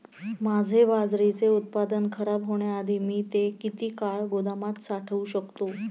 माझे बाजरीचे उत्पादन खराब होण्याआधी मी ते किती काळ गोदामात साठवू शकतो?